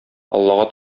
аллага